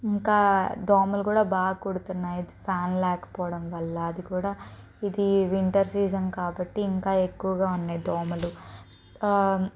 ఇంకా దోమలు కూడా బాగా కుడుతున్నాయి ఫ్యాన్ లేకపోవడం వల్ల అదికూడా ఇది వింటర్ సీసన్ కాబట్టి ఇంకా ఎక్కువగా ఉన్నాయి దోమలు